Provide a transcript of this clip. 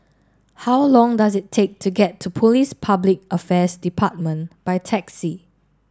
how long does it take to get to Police Public Affairs Department by taxi